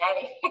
Hey